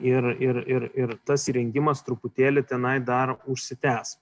ir ir ir ir tas įrengimas truputėlį tenai dar užsitęs